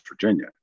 Virginia